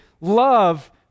love